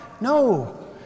No